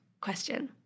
question